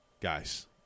guys